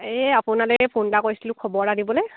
এই আপোনালৈ ফোন এটা কৰিছিলোঁ খবৰ এটা দিবলৈ